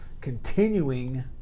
continuing